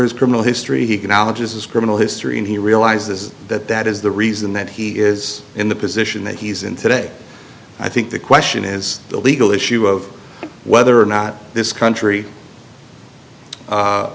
his criminal history he can allergists his criminal history and he realizes that that is the reason that he is in the position that he's in today i think the question is the legal issue of whether or not this country